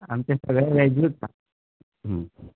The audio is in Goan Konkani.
आमचें सगळें वेजूत